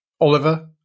Oliver